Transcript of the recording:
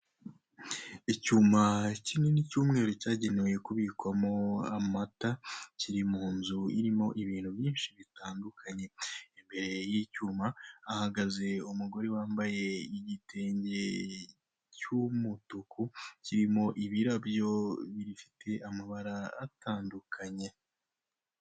Icyuma kinini cy'umweru cyagenewe kubwikwamo amata kiri mu nzu irimo ibintu byinshi bitandukanye imbere y'icyuma hahagaze umugore wambaye igitenge cy'umutuku kirimo ibirabyo bifite amabara atandukanye.